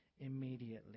immediately